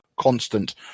constant